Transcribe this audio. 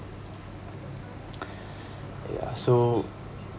ya so